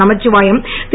Namachivayam Thiru